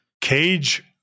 Cage